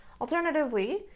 Alternatively